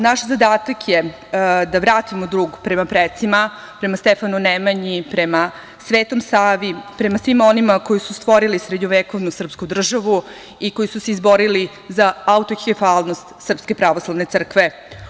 Naš zadatak je da vratimo dug prema precima, prema Stefanu Nemanji, prema Svetom Savi, prema svima onima koji su stvorili srednjovekovnu srpsku državu i koji su se izborili za autokefalnost SPC.